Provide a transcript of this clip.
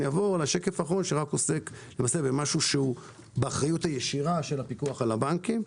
השקף האחרון עוסק במשהו שהוא באחריות הישירה של הפיקוח על הבנקים,